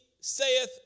saith